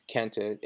Kenta